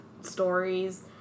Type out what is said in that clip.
stories